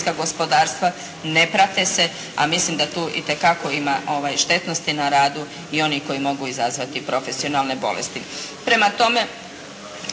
gospodarstva ne prate se a mislim da tu itekako ima štetnosti na radu i onih koji mogu izazvati profesionalne bolesti.